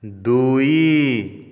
ଦୁଇ